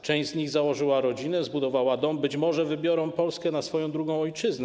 Część z nich założyła rodzinę, zbudowała dom, być może wybiorą Polskę na swoją drugą ojczyznę.